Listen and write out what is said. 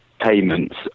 Payments